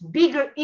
bigger